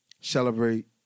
celebrate